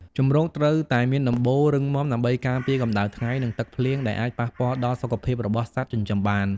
ជម្រកត្រូវតែមានដំបូលរឹងមាំដើម្បីការពារកម្ដៅថ្ងៃនិងទឹកភ្លៀងដែលអាចប៉ះពាល់ដល់សុខភាពរបស់សត្វចិញ្ចឹមបាន។